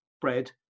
bread